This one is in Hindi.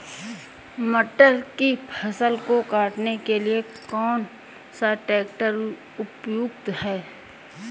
मटर की फसल को काटने के लिए कौन सा ट्रैक्टर उपयुक्त है?